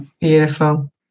beautiful